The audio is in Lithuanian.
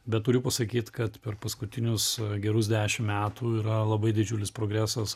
bet turiu pasakyt kad per paskutinius gerus dešim metų yra labai didžiulis progresas